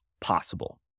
possible